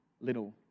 little